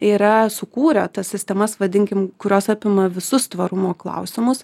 yra sukūrę tas sistemas vadinkim kurios apima visus tvarumo klausimus